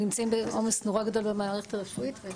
אנחנו נמצאים בעומס נורא גדול במערכת הרפואית.